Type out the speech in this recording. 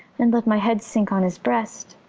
and let my head sink on his breast.